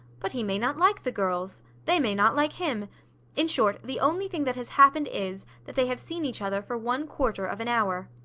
but he may not like the girls they may not like him in short, the only thing that has happened is, that they have seen each other for one quarter of an hour.